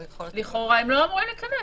לכאורה הם לא אמורים להיכנס.